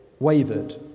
Wavered